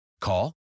Call